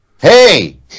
Hey